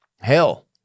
Hell